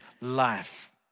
life